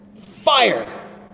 Fire